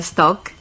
Stock